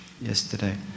yesterday